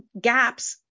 gaps